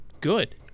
good